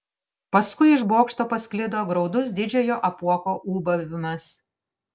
paskui iš bokšto pasklido graudus didžiojo apuoko ūbavimas